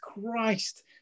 Christ